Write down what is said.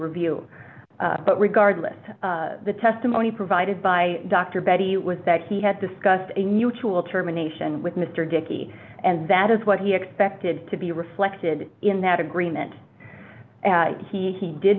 review but regardless of the testimony provided by dr bedi was that he had discussed a mutual termination with mr dickey and that is what he expected to be reflected in that agreement he he did